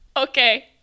Okay